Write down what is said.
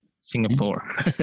singapore